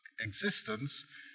existence